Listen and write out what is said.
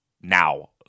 now